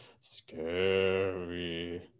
scary